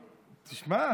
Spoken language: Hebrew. תשמע,